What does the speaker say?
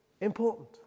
important